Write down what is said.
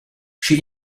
she